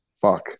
Fuck